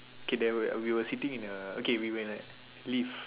kay there were we were sitting in a okay we were in a lift